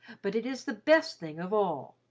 but it is the best thing of all.